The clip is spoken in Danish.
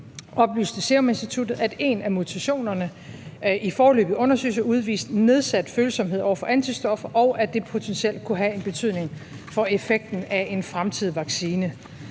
oplyste Seruminstituttet, at en af mutationerne i foreløbige undersøgelser udviste nedsat følsomhed over for antistoffer, og at det potentielt kunne have en betydning for effekten af en fremtidig vaccine.